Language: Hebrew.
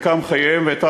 ורק של מדינת ישראל.